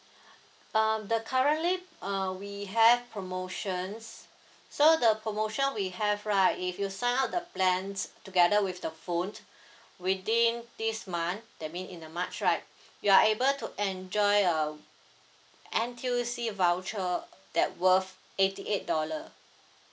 uh the currently uh we have promotions so the promotion we have right if you sign up the plans together with the phone within this month that mean in a march right you are able to enjoy um N_T_U_C voucher that worth eighty eight dollar